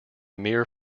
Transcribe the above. mere